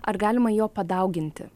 ar galima jo padauginti